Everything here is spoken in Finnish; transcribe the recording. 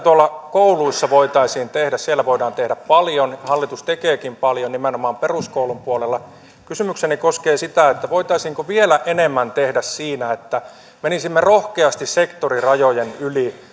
kouluissa voitaisiin tehdä siellä voidaan tehdä paljon hallitus tekeekin paljon nimenomaan peruskoulun puolella kysymykseni koskee sitä voitaisiinko vielä enemmän tehdä siinä että menisimme rohkeasti sektorirajojen yli